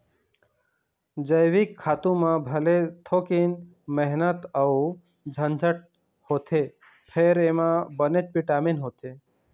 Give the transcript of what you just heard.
जइविक खातू म भले थोकिन मेहनत अउ झंझट होथे फेर एमा बनेच बिटामिन होथे